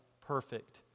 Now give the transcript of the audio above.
perfect